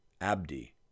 Abdi